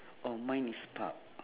oh mine is park